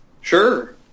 Sure